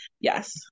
Yes